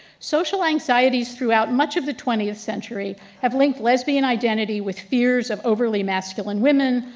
social anxieties throughout much of the twentieth century have linked lesbian identity with fears of overly masculine women,